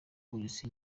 polisi